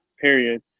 period